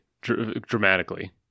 dramatically